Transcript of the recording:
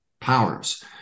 powers